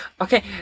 Okay